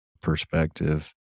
perspective